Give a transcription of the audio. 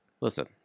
Listen